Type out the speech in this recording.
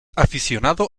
aficionado